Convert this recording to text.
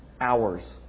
hours